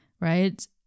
right